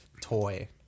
toy